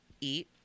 eat